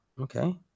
okay